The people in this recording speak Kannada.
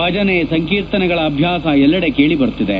ಭಜನೆ ಸಂಕೀರ್ತನೆಗಳ ಅಭ್ಯಾಸ ಎಲ್ಲೆಡೆ ಕೇಳಬರುತ್ತಿದೆ